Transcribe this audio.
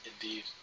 indeed